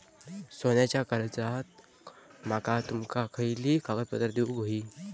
सोन्याच्या कर्जाक माका तुमका खयली कागदपत्रा देऊक व्हयी?